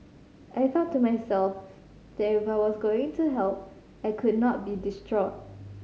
I thought to myself that if I was going to help I could not be distraught